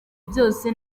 byose